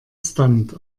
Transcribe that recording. stunt